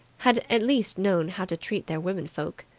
had at least known how to treat their women folk,